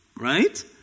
Right